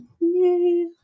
Yay